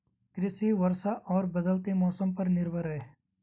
कृषि वर्षा और बदलते मौसम पर निर्भर है